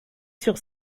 sur